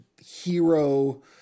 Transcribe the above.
hero